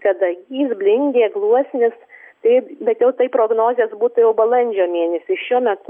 kadagys blingė gluosnis taip bet jau taip prognozės būta jau balandžio mėnesį šiuo metu